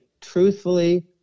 Truthfully